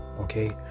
Okay